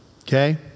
Okay